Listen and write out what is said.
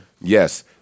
yes